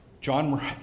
John